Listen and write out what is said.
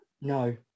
No